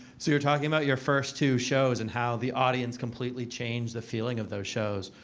so you're talking about your first two shows and how the audience completely changed the feeling of those shows.